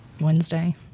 Wednesday